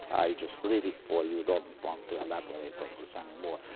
just leave it for you and don't want to elaborate on this anymore.